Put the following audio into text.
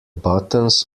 buttons